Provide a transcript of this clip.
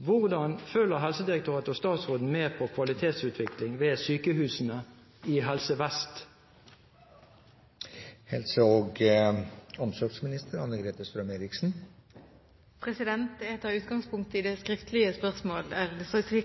Hvordan følger departementet og statsråden med på kvalitetsutviklingen ved sykehusene i Helse Vest?» Jeg tar utgangspunkt i slik